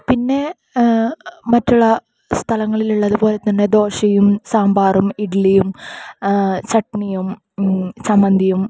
പിന്നെ മറ്റുള്ള സ്ഥലങ്ങളിലുള്ളത് പോലെ തന്നെ ദോശയും സാമ്പാറും ഇഡ്ലിയും ചട്നിയും ചമ്മന്തിയും